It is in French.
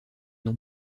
non